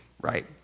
Right